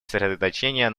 сосредоточения